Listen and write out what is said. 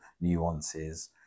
nuances